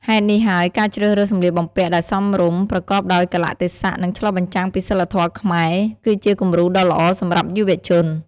ហេតុនេះហើយ ការជ្រើសរើសសម្លៀកបំពាក់ដែលសមរម្យ ប្រកបដោយកាលៈទេសៈ និងឆ្លុះបញ្ចាំងពីសីលធម៌ខ្មែរ គឺជាគំរូដ៏ល្អសម្រាប់យុវជន។